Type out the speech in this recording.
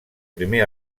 primer